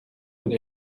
und